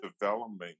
development